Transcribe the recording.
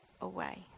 away